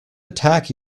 attack